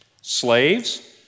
Slaves